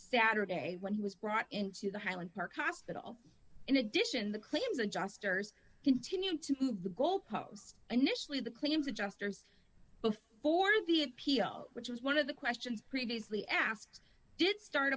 saturday when he was brought in to the highland park hospital in addition the claims adjusters continue to move the goalpost initially the claims adjusters before the appeal which was one of the questions previously asked did start